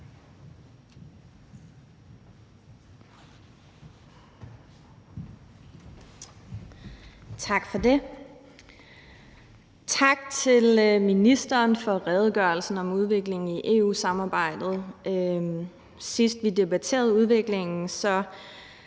Tak for det, og tak til ministeren for redegørelsen om udviklingen i EU-samarbejdet. Sidst vi debatterede udviklingen,